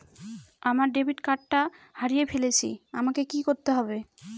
আমার ডেবিট কার্ডটা হারিয়ে ফেলেছি আমাকে কি করতে হবে?